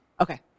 Okay